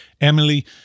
Emily